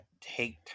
take